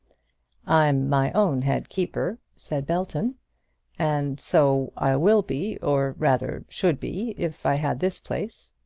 i'm my own head-keeper, said belton and so i will be or rather should be, if i had this place.